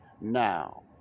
Now